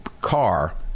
car